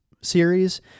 series